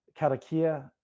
karakia